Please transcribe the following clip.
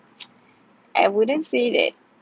I wouldn't say that